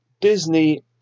Disney